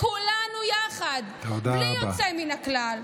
כולנו יחד, בלי יוצא מן הכלל.